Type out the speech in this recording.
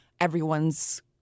everyone's